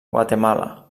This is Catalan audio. guatemala